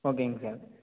ஓகேங்க சார்